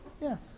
Yes